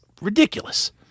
ridiculous